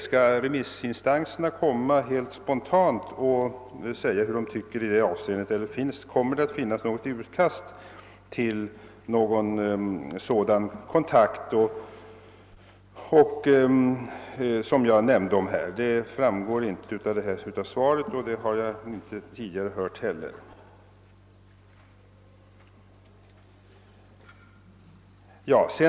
Skall remissinstanserna helt spontant säga vad de tycker i detta avseende, eller kommer det att finnas något utkast till en sådan kontakt som jag här omnämnt? Detta framgår inte av interpellationssvaret, och jag har inte tidigare hört talas om detta heller.